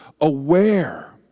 aware